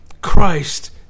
Christ